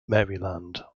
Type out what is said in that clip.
maryland